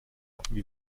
wie